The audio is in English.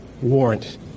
warrant